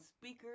speakers